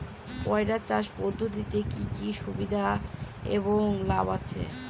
পয়রা চাষ পদ্ধতির কি কি সুবিধা এবং লাভ আছে?